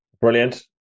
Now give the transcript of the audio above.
brilliant